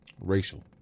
racial